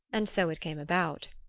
and so it came about.